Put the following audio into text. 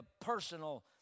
personal